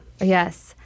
yes